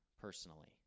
personally